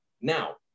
Now